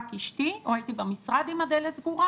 אשתי או הייתי במשרד עם הדלת סגורה.